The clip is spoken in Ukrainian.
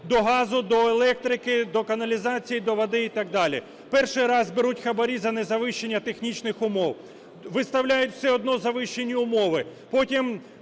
до газу, до електрики, до каналізації, до води і так далі. Перший раз беруть хабарі за незавищення технічних умов, виставляють все одно завищені умови.